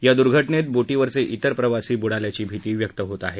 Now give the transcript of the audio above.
या दुर्घटनेत बोटीवरचे तिर प्रवासी बुडाल्याची भिती व्यक्त होत आहे